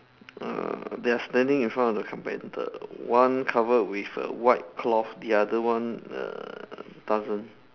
uh they are standing in front of the carpenter one covered with a white cloth the other one err doesn't